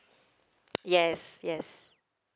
yes yes